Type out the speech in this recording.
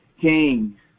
king